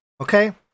Okay